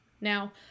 Now